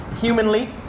humanly